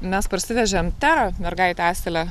mes parsivežėm terą mergaitę asilę